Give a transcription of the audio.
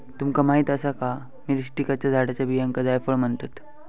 तुमका माहीत आसा का, मिरीस्टिकाच्या झाडाच्या बियांका जायफळ म्हणतत?